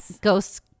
ghosts